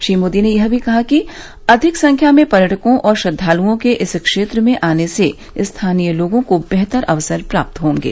श्री मोदी ने यह भी कहा है कि अधिक संख्या में पर्यटकों और श्रद्धालुओं के इस क्षेत्र में आने से स्थानीय लोगों को बेहतर अवसर प्राप्त होंगे